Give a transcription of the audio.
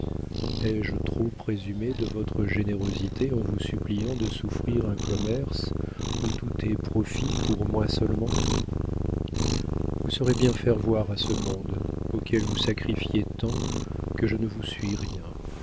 ai-je trop présumé de votre générosité en vous suppliant de souffrir un commerce où tout est profit pour moi seulement vous saurez bien faire voir à ce monde auquel vous sacrifiez tant que je ne vous suis rien